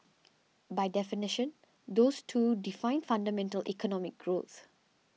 by definition those two define fundamental economic growth